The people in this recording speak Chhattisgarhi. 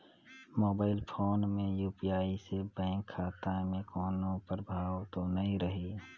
मोबाइल फोन मे यू.पी.आई से बैंक खाता मे कोनो प्रभाव तो नइ रही?